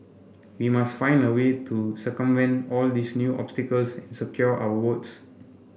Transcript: we must find a way to circumvent all these new obstacles secure our votes